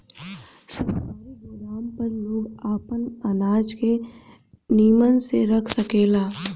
सरकारी गोदाम पर लोग आपन अनाज के निमन से रख सकेले